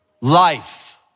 life